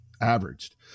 Averaged